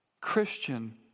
Christian